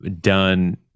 done